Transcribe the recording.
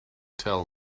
tell